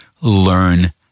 learn